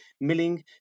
milling